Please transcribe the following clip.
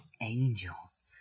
angels